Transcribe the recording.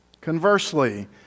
conversely